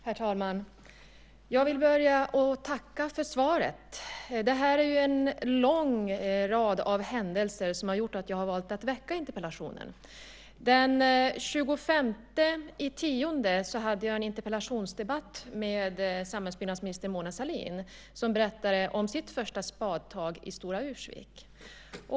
Herr talman! Jag vill börja med att tacka för svaret. Det är en lång rad av händelser som gjort att jag har valt att ställa interpellationen. Den 25 oktober hade jag en interpellationsdebatt med samhällsbyggnadsminister Mona Sahlin som då berättade om sitt första spadtag i Stora Ursvik.